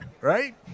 Right